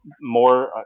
more –